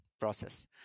process